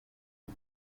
les